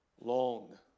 Long